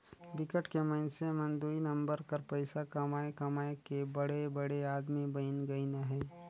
बिकट के मइनसे मन दुई नंबर कर पइसा कमाए कमाए के बड़े बड़े आदमी बइन गइन अहें